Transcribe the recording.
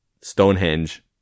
Stonehenge